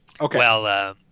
Okay